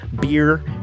beer